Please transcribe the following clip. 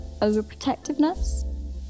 overprotectiveness